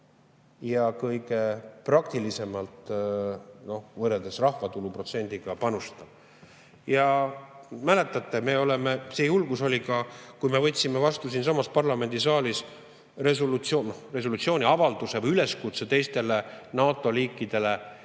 ja kõige praktilisemalt võrreldes rahvatulu protsendiga panustab. Mäletate, see julgus oli ka siis, kui me võtsime vastu siinsamas parlamendisaalis resolutsiooni, avalduse või üleskutse teistele NATO riikidele